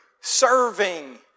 serving